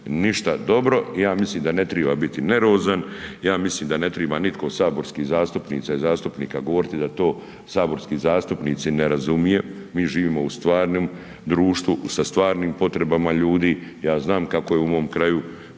ništa dobro. I ja mislim da ne treba biti nervozan i ja mislim da ne treba nitko od saborskih zastupnica i zastupnika govoriti da to saborski zastupnici ne razumiju. Mi živimo u stvarnom društvu sa stvarnim potrebama ljudi. Ja znam kako je u mom kraju,